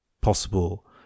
possible